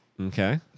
Okay